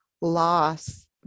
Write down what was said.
loss